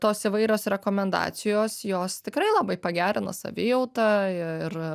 tos įvairios rekomendacijos jos tikrai labai pagerina savijautą ir